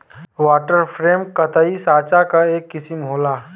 water frame कताई साँचा क एक किसिम होला